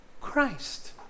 Christ